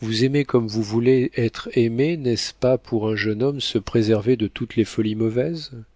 vous aimer comme vous voulez être aimée n'est-ce pas pour un jeune homme se préserver de toutes les folies mauvaises